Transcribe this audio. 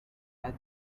think